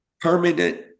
permanent